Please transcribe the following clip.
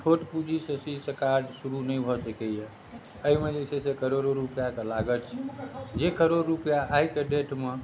छोट पूँजीसँ ई काज शुरू नहि भऽ सकैए एहिमे जे छै से करोड़ो रुपैआके लागत छै जे करोड़ रुपैआ आइके डेटमे